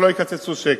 לא יקצצו שקל,